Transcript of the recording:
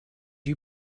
you